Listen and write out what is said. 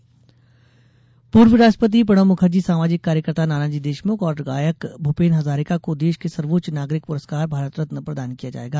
भारत रत्न पुरस्कार पूर्व राष्ट्रंपति प्रणब मुखर्जी सामाजिक कार्यकर्ता नानाजी देशमुख और गायक भुपेन हजारिका को देश के सर्वोच्च नागरिक पुरस्कार भारत रत्न प्रदान किया जायेगा